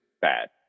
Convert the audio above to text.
bad